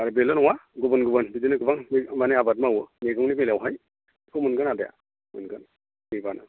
आरो बेल' नङा गुबुन गुबुन बिदिनो गोबां मानि आबाद मावो मैगंनि बेलायावहाय बेखौ मोनगोन आदाया मोनगोन फैब्लानो